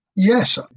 Yes